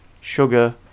sugar